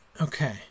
Okay